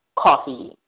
coffee